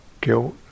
guilt